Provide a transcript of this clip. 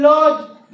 Lord